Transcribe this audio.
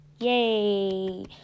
Yay